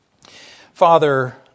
Father